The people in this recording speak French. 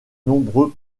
nombreux